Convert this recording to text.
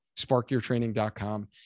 sparkyourtraining.com